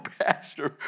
pastor